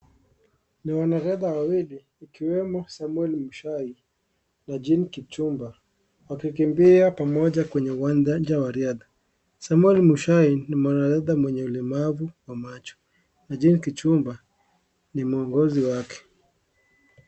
Ni wanariadha wawili ikiwemo Samuel Mushai na Jane Kipchumba wakikimbia pamoja kwenye uwanja wa riadha. Samuel Mushai ni mwanariadha mwenye ulemavu wa macho na Jane Kipchumba ni mwongozi wake.